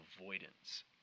avoidance